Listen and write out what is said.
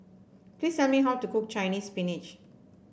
please tell me how to cook Chinese Spinach